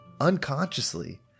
unconsciously